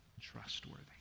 trustworthy